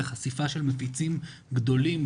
לחשיפה של מפיצים גדולים,